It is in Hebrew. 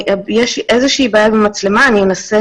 אני רוצה